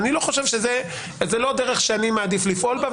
זו לא דרך שאני מעדיף לפעול בה,